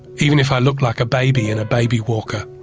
even if i look like a baby in a baby walker.